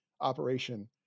operation